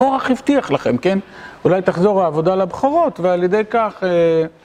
אורח הבטיח לכם, אולי תחזור העבודה לבכורות ועל ידי כך...